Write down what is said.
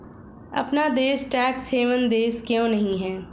अपना देश tax haven देश क्यों नहीं है?